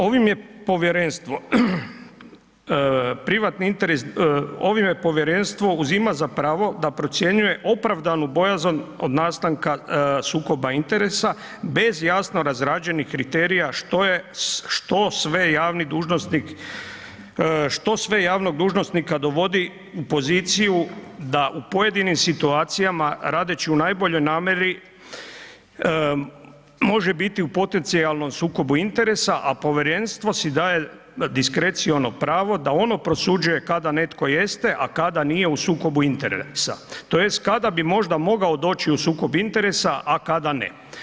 Ovim je povjerenstvo privatni interes, ovime povjerenstvo uzima za pravo da procjenjuje opravdanu bojazan od nastanka sukoba interesa bez jasno razrađenih kriterija što sve javni dužnosnik, što sve javnog dužnosnika dovodi u poziciju da u pojedinim situacijama radeći u najboljoj namjeri može biti u potencijalnom sukobu interesa, a povjerenstvo si daje diskreciono pravo da ono prosuđuje kada netko jeste, a kada nije u sukobu interesa tj. kada bi možda mogao doći u sukob interesa, a kada ne.